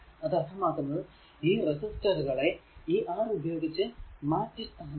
അത് അർത്ഥമാക്കുന്നത് ഈ റെസിസ്റ്ററുകളെ ഈ R ഉപയോഗിച്ച് മാറ്റി സ്ഥാപിക്കാം